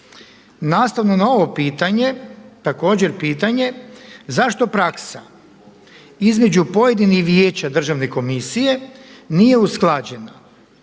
Nastavno na ovo pitanje također pitanje zašto praksa između pojedinih vijeća Državne komisije nije usklađena?